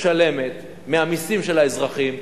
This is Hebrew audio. משלמת מהמסים של האזרחים,